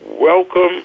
welcome